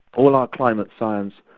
all our climate science,